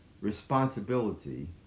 responsibility